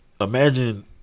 imagine